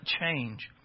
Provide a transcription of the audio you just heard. change